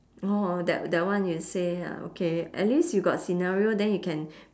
orh that that one you say ah okay at least you got scenario then you can